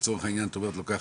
לצורך העניין את אומרת לו ככה,